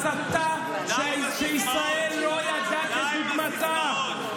הסתה שישראל לא ידעה כדוגמתה,